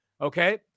Okay